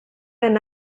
and